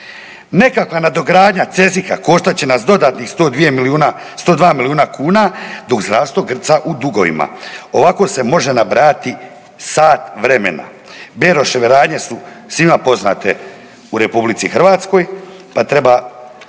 se ne razumije./… koštat će nas dodatnih 102 milijuna kuna dok zdravstvo grca u dugovima. Ovako se može nabrajati sat vremena. Beroševe radnje su svima poznate u RH pa treba